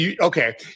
Okay